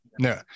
No